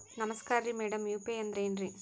ನಮಸ್ಕಾರ್ರಿ madam UPI ಅಂದ್ರೆನ್ರಿ?